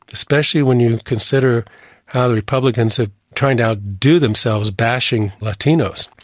especially when you consider how the republicans are trying to outdo themselves, bashing latinos.